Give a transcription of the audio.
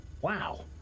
wow